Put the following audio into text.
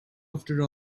after